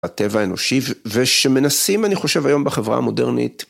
הטבע האנושי ושמנסים אני חושב היום בחברה המודרנית.